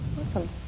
Awesome